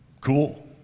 Cool